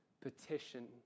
petition